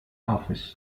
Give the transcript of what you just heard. office